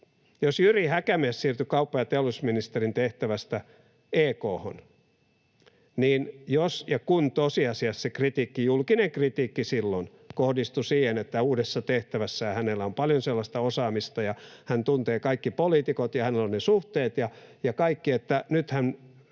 Kun Jyri Häkämies siirtyi kauppa‑ ja teollisuusministerin tehtävästä EK:hon, niin tosiasiassa se julkinen kritiikki silloin kohdistui siihen, että uudessa tehtävässään hänellä on paljon sellaista osaamista ja hän tuntee kaikki poliitikot ja hänellä on ne suhteet ja kaikki, niin nythän